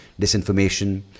disinformation